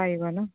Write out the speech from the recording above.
পাৰিব ন